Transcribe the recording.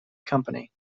company